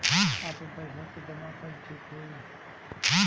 आपन पईसा के जमा कईल ठीक होई?